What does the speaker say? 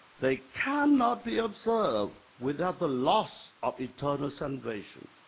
they cannot be observed without the loss of eternal salvation.